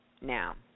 now